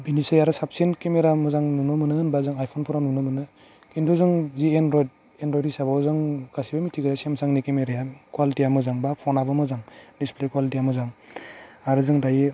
बेनिसाय आरो साबसिन केमेरा मोजां नुनो मोनो होनबा जों आइफनफोराव नुनो मोनो खिन्थु जों जि एनरयड एनरयड हिसाबाव जों गासैबो मिथिगौ सेमसांनि केमेराया क्वालिटिया मोजां बा फनाबो मोजां डिसप्ले क्वालिटिया मोजां आरो जों दायो